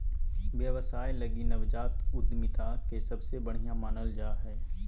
व्यवसाय लगी नवजात उद्यमिता के सबसे बढ़िया मानल जा हइ